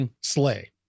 Slay